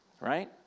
right